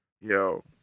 Yo